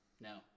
No